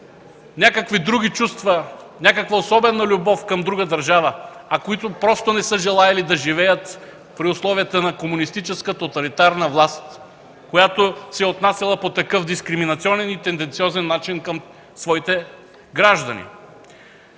някакви други чувства, някаква особена любов към друга държава, а които просто не са желаели да живеят при условията на комунистическа тоталитарна власт, която се е отнасяла по такъв дискриминационен и тенденциозен начин към своите граждани.